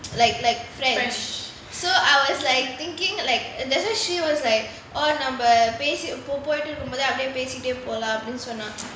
like like french so I was like thinking like that's why she was like oh number போட்டுருக்கும்போது அப்டியே பேசிட்டே போலாம் அப்டினு சொன்னா:potrukumbothu apdiyae pesitae polaam apdinu sonna